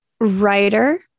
writer